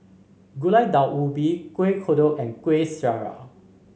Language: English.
Gulai Daun Ubi Kueh Kodok and Kuih Syara